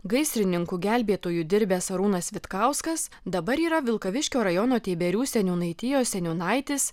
gaisrininku gelbėtoju dirbęs arūnas vitkauskas dabar yra vilkaviškio rajono teiberių seniūnaitijos seniūnaitis